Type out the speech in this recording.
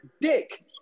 dick